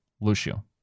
Lucio